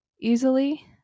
easily